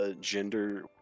gender